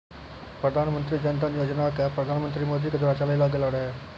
प्रधानमन्त्री जन धन योजना के प्रधानमन्त्री मोदी के द्वारा चलैलो गेलो रहै